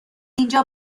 اینجا